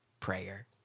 Prayer